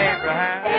Abraham